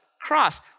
cross